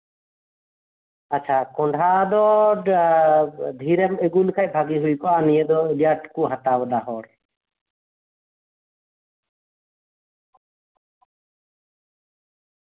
ᱟᱪᱪᱷᱟ ᱠᱚᱸᱰᱷᱟ ᱫᱚ ᱰᱷᱤᱨᱮᱢ ᱟᱹᱜᱩ ᱞᱮᱠᱷᱟᱡ ᱵᱷᱟᱜᱤ ᱠᱚᱜᱼᱟ ᱱᱤᱭᱟᱹ ᱫᱚ ᱟᱹᱰᱤ ᱟᱸᱴ ᱠᱚ ᱦᱟᱛᱟᱣ ᱮᱫᱟᱠᱚ ᱦᱚᱲ